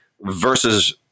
versus